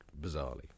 bizarrely